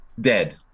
Dead